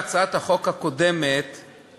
הצעת חוק הנוער (שפיטה, ענישה ודרכי טיפול)